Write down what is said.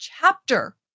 chapter